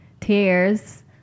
tears